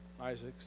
Isaac